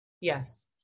yes